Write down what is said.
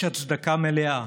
יש הצדקה מלאה